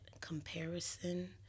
comparison